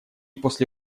после